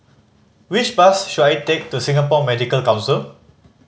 which bus should I take to Singapore Medical Council